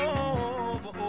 over